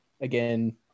again